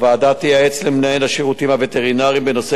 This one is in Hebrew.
הוועדה תייעץ למנהל השירותים הווטרינריים בנושא